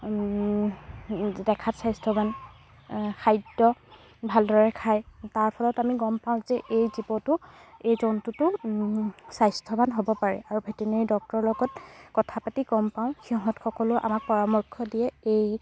দেখাত স্বাস্থ্যবান খাদ্য ভালদৰে খায় তাৰ ফলত আমি গম পাওঁ যে এই জীৱটো এই জন্তুটো স্বাস্থ্যবান হ'ব পাৰে আৰু ভেটেনেৰি ডক্টৰৰ লগত কথা পাতি গম পাওঁ সিহঁত সকলো আমাক পৰামৰ্শ দিয়ে এই